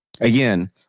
Again